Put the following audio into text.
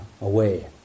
away